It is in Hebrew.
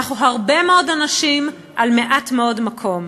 אנחנו הרבה מאוד אנשים על מעט מאוד מקום,